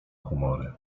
humory